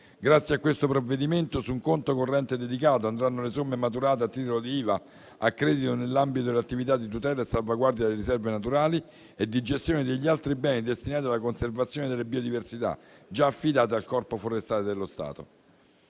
Grazie a questo provvedimento, su un conto corrente dedicato andranno le somme maturate a titolo di IVA a credito nell'ambito delle attività di tutela e salvaguardia delle riserve naturali e di gestione degli altri beni destinati alla conservazione delle biodiversità, già affidate al Corpo forestale dello Stato.